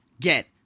get